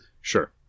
Sure